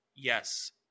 Yes